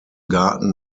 garten